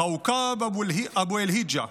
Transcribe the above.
כאוכב אבו אל-היג'ה,